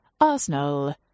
Arsenal